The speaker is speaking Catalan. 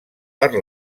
per